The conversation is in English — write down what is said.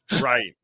right